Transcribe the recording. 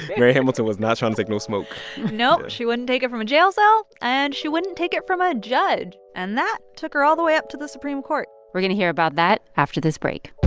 mary hamilton was not trying to take no smoke nope. she wouldn't take it from a jail cell, and she wouldn't take it from a judge. and that took her all the way up to the supreme court we're going to hear about that after this break